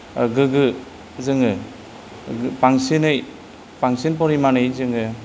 गोग्गो जोङो बांसिनै बांसिन परिमानै जोङो